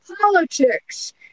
politics